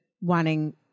wanting